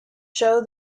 show